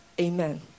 Amen